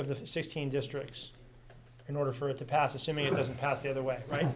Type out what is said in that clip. of the sixteen districts in order for it to pass assuming doesn't pass the other way right